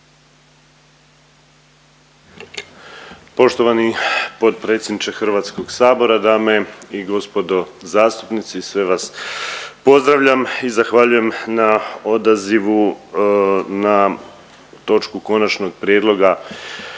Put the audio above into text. Poštovani potpredsjedniče HS, dame i gospodo zastupnici, sve vas pozdravljam i zahvaljujem na odazivu na točku Konačnog prijedloga